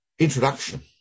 Introduction